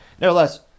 nevertheless